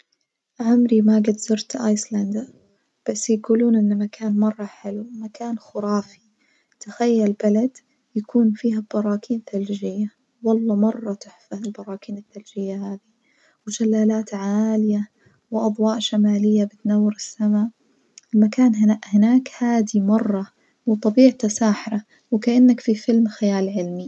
عمري ما جيت زرت آيسلندا بس يجولون إنه مكان مرة حلو مكان خرافي تخيل بلد يكون فيها براكين ثلجية والله مرة تحفة البراكين الثلجية هذي، وشلالات عالية وأضواء شمالية بتنور السما، المكان هنا- هناك هادي مرة وطبيعته ساحرة وكإنك في فيلم خيال علمي.